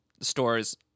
stores